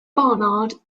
barnard